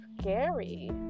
scary